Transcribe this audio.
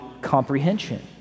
comprehension